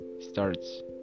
starts